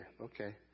okay